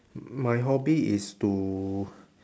my hobby is to